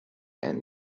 and